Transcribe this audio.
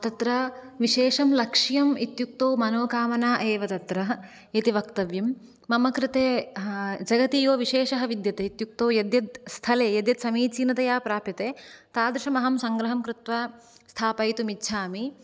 तत्र विशेषं लक्ष्यं इत्युक्तौ मनोकामना एव तत्र इति वक्तव्यं मम कृते जगति यो विशेषः विद्यते इत्युक्तौ यद् यद् स्थले यद् यद् समीचीनतया प्राप्यते तादृशं अहं सङ्ग्रहं कृत्वा स्थापयितुम् इच्छामि